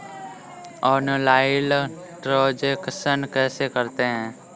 Online transaction कैसे करते हैं?